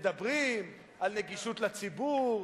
מדברים על נגישות לציבור,